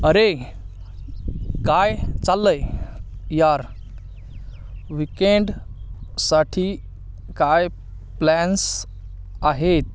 अरे काय चाललं आहे यार वकेंडसाठी काय प्लॅन्स आहेत